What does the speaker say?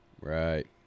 Right